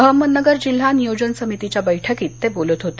अहमदनगर जिल्हा नियोजन समितीच्या बैठकीत ते बोलत होते